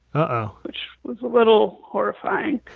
uh-oh. which was a little horrifying